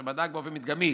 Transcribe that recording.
אשר בדק באופן מדגמי